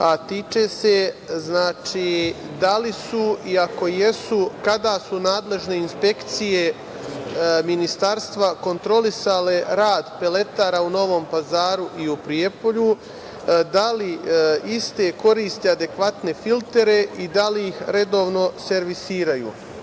a tiče se da li su i ako jesu kada su nadležne inspekcije ministarstva kontrolisale rad peletara u Novom Pazaru i u Prijepolju, da li iste koriste adekvatne filtere i da li ih redovno servisiraju?